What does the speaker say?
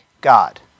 God